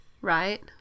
right